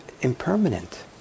impermanent